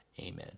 amen